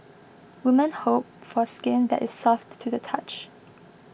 woman hope for skin that is soft to the touch